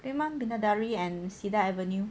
bidadari and cedar avenue